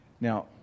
Now